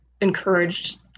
encouraged